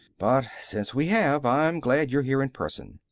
but since we have, i'm glad you're here in person.